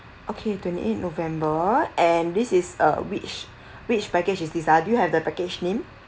okay twenty eight november and this is uh which which package is this ah do you have the package name